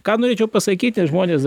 ką norėčiau pasakyti žmonės